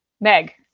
Meg